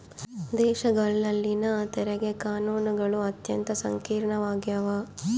ದೇಶಗಳಲ್ಲಿನ ತೆರಿಗೆ ಕಾನೂನುಗಳು ಅತ್ಯಂತ ಸಂಕೀರ್ಣವಾಗ್ಯವ